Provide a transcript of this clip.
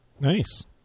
Nice